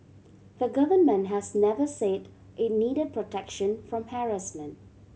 the Government has never said it needed protection from harassment